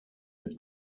mit